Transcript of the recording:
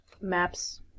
Maps